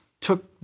took